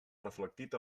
reflectit